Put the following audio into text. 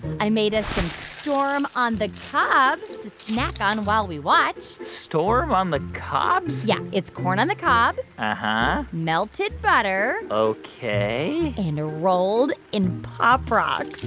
i made us some storm on the cobs to snack on while we watch storm on the cobs? yeah, it's corn on the cob, um ah melted butter. ok. and rolled in pop rocks.